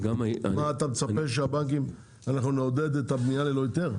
מה, אתה מצפה שאנחנו נעודד את הבנייה ללא היתר?